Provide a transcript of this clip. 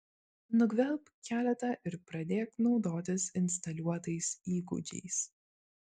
nugvelbk keletą ir pradėk naudotis instaliuotais įgūdžiais